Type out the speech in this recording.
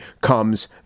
comes